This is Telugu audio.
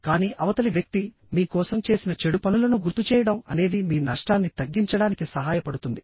కానీ అవతలి వ్యక్తి మీ కోసం చేసిన చెడు పనులను గుర్తుచేయడం అనేది మీ నష్టాన్ని తగ్గించడానికి సహాయపడుతుంది